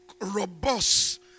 robust